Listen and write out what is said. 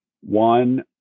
One